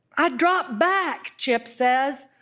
i dropped back chip says.